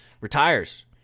retires